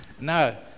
No